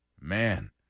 Man